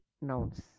nouns